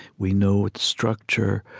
we know its structure.